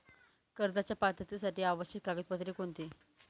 कर्जाच्या पात्रतेसाठी आवश्यक कागदपत्रे कोणती?